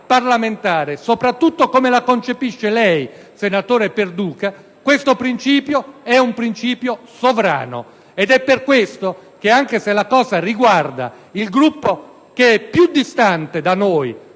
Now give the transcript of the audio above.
parlamentare, soprattutto come la concepisce lei, senatore Perduca, questo principio è sovrano. È per questo che, anche se la cosa riguarda il Gruppo più distante da noi